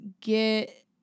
get